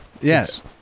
Yes